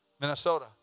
Minnesota